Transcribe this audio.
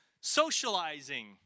socializing